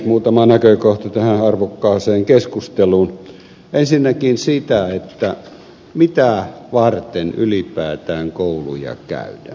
muutama näkökohta tähän arvokkaaseen keskusteluun ensinnäkin se mitä varten ylipäätään kouluja käydään